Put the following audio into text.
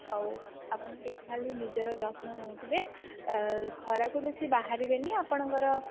ଆଉ ଆପଣ ଟିକେ ଖାଲି ନିଜର ଯତ୍ନ ନେଉଥିବେ ଖରାକୁ ବେଶି ବାହାରିବେନି ଆପଣଙ୍କର